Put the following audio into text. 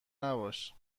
نباش